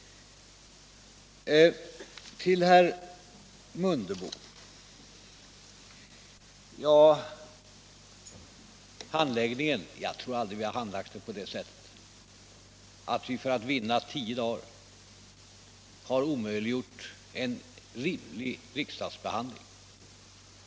Beträffande handläggningen vill jag till herr Mundebo säga att vi aldrig handlagt någon fråga på det sättet att vi för att vinna tio dagar har omöjliggjort en rimlig riksdagsbehandling.